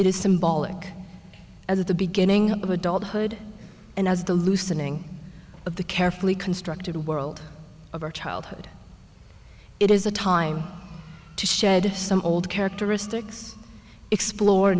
is symbolic at the beginning of adulthood and as the loosening of the carefully constructed world of our childhood it is a time to shed some old characteristics explore